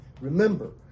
Remember